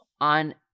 on